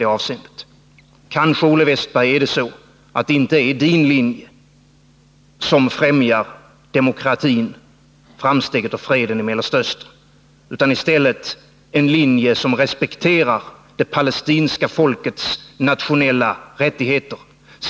Det är kanske så, Olle Wästberg, att det inte är din linje som främjar demokratin, framstegen och freden i Mellanöstern utan i stället en linje som respekterar det palestinska folkets nationella rättigheter.